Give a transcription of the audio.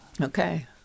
Okay